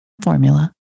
formula